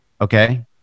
okay